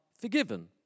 forgiven